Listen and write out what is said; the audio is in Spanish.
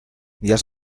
días